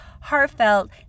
heartfelt